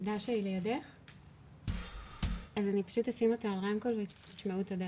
אז אני פשוט אשים אותה על רמקול ונשמע אותה ביחד.